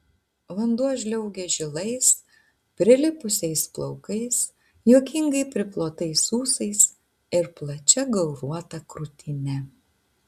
vanduo žliaugė žilais prilipusiais plaukais juokingai priplotais ūsais ir plačia gauruota krūtine